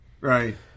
right